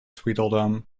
tweedledum